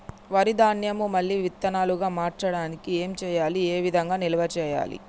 వరి ధాన్యము మళ్ళీ విత్తనాలు గా మార్చడానికి ఏం చేయాలి ఏ విధంగా నిల్వ చేయాలి?